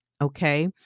Okay